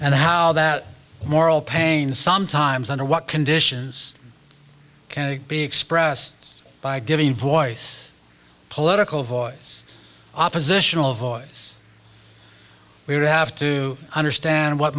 and how that moral pain sometimes under what conditions can be expressed by giving voice political voice oppositional voice we would have to understand what